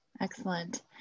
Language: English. Excellent